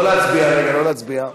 לא להצביע.